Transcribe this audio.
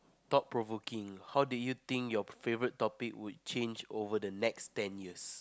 thought-provoking how do you think your favourite topic would change over the next ten years